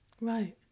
Right